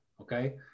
Okay